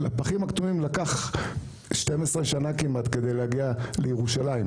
לפחים הכתומים לקח 12 שנה כמעט כדי להגיע לירושלים,